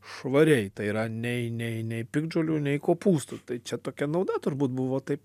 švariai tai yra nei nei nei piktžolių nei kopūstų tai čia tokia nauda turbūt buvo taip